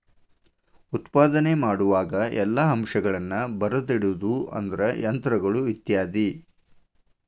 ಉತ್ಪಾದನೆ ಮಾಡುವಾಗ ಎಲ್ಲಾ ಅಂಶಗಳನ್ನ ಬರದಿಡುದು ಅಂದ್ರ ಯಂತ್ರಗಳು ಇತ್ಯಾದಿ